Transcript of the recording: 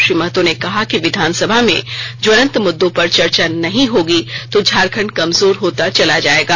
श्री महतो ने कहा कि विधानसभा में ज्वलंत मुद्दों पर चर्चा नहीं होगी तो झारखंड कमजोर होता चला जायेगा